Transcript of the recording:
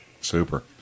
Super